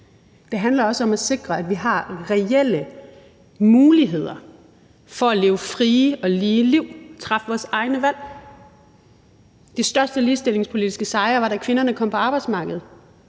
det handler også om at sikre, at vi har reelle muligheder for at leve frie og lige liv, træffe vores egne valg. De største ligestillingspolitiske sejre var, da kvinderne kom på arbejdsmarkedet